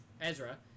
Ezra